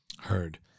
Heard